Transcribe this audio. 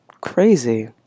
crazy